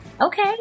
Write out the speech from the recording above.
Okay